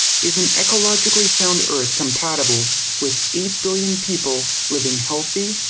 is an ecologically sound earth compatible with eight billion people living healthy,